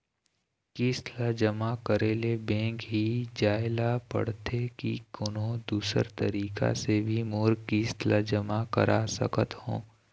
किस्त ला जमा करे ले बैंक ही जाए ला पड़ते कि कोन्हो दूसरा तरीका से भी मोर किस्त ला जमा करा सकत हो?